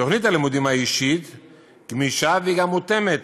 תוכנית הלימודים האישית גמישה, והיא גם מותאמת